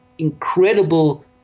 incredible